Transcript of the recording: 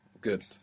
Good